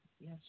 Yes